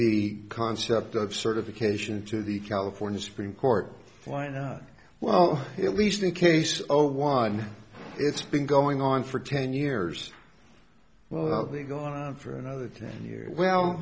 the concept of certification to the california supreme court why not well at least one case over one it's been going on for ten years well to go on for another ten